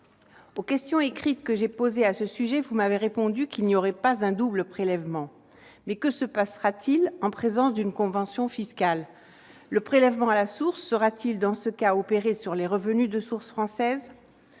Aux questions écrites que j'ai posées à ce sujet, vous avez répondu, monsieur le secrétaire d'État, qu'il n'y aurait pas un double prélèvement. Mais que se passera-t-il quand existe une convention fiscale ? Le prélèvement à la source sera-t-il, dans ce cas, opéré sur les revenus de source française ?